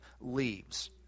leaves